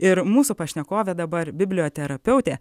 ir mūsų pašnekovė dabar biblioterapeutė